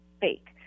fake